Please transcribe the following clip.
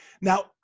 Now